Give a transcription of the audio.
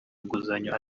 inguzanyo